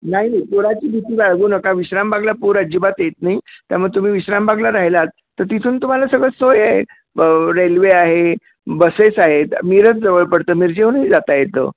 नाही नाही पुराची भीती बाळगू नका विश्रामबागला पूर अजिबात येत नाही त्यामुळे तुम्ही विश्रामबागला राहिलात तर तिथून तुम्हाला सगळं सोय रेल्वे आहे बसेस आहेत मिरज जवळ पडतं मिरजेहूनही जाता येतं